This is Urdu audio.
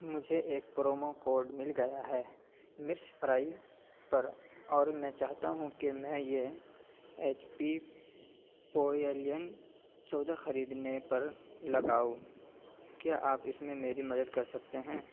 مجھے ایک پرومو کوڈ مل گیا ہے مرچ فرائی پر اور میں چاہتا ہوں کہ میں یہ ایچ پی پویلین چودہ خریدنے پر لگاؤں کیا آپ اس میں میری مدد کر سکتے ہیں